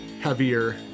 heavier